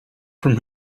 from